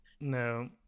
No